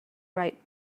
right